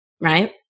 right